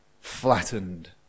flattened